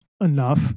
enough